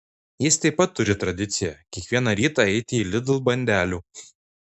jis taip pat turi tradiciją kiekvieną rytą eiti į lidl bandelių